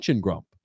grump